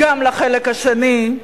חבר הכנסת, ואני אתייחס גם לחלק השני,